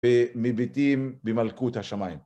ומביטים במלכות השמיים.